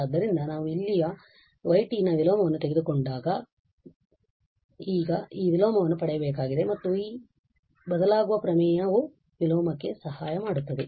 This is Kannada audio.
ಆದ್ದರಿಂದ ನಾವು ಅಲ್ಲಿಯ yನ ವಿಲೋಮವನ್ನು ತೆಗೆದುಕೊಂಡಾಗ ನಾವು ಈಗ ಈ ವಿಲೋಮವನ್ನು ಪಡೆಯಬೇಕಾಗಿದೆ ಮತ್ತು ಮತ್ತೆ ಈ ಬದಲಾಗುವ ಪ್ರಮೇಯವು ವಿಲೋಮಕ್ಕೆ ಸಹಾಯ ಮಾಡುತ್ತದೆ